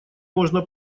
можно